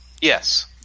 Yes